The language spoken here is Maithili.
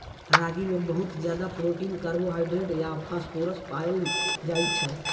रागी मे बहुत ज्यादा प्रोटीन, कार्बोहाइड्रेट आ फास्फोरस पाएल जाइ छै